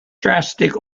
drastic